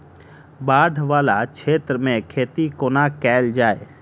बाढ़ वला क्षेत्र मे खेती कोना कैल जाय?